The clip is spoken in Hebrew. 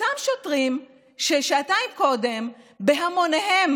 אותם שוטרים ששעתיים קודם בהמוניהם